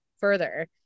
further